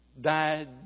died